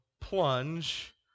plunge